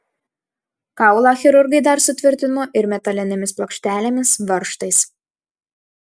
kaulą chirurgai dar sutvirtino ir metalinėmis plokštelėmis varžtais